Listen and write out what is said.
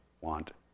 want